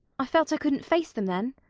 i felt i couldn't face them then.